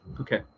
Okay